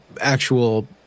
actual